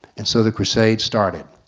and so the crusades started.